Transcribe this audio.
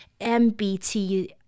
MBT